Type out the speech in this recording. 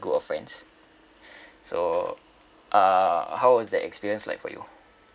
group of friends so uh how was the experience like for you